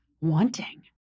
wanting